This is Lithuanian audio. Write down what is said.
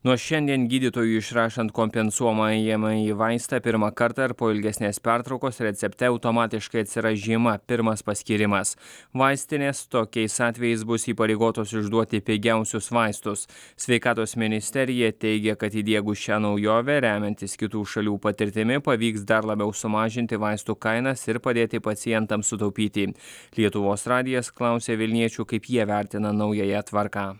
nuo šiandien gydytojui išrašant kompensuojamąjį vaistą pirmą kartą ar po ilgesnės pertraukos recepte automatiškai atsiras žyma pirmas paskyrimas vaistinės tokiais atvejais bus įpareigotos išduoti pigiausius vaistus sveikatos ministerija teigia kad įdiegus šią naujovę remiantis kitų šalių patirtimi pavyks dar labiau sumažinti vaistų kainas ir padėti pacientams sutaupyti lietuvos radijas klausė vilniečių kaip jie vertina naująją tvarką